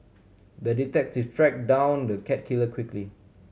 the detective track down the cat killer quickly